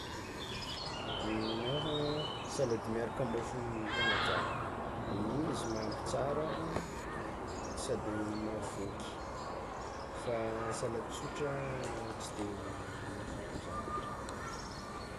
Nenaha salady miaraka amy môfo ny tegna tiako amin'igny izy mahampy tsara sady mahavôky fa salady tsotra tsy de mahafapo zah loatra.